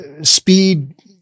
speed